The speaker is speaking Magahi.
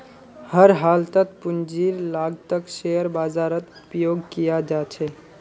हर हालतत पूंजीर लागतक शेयर बाजारत उपयोग कियाल जा छे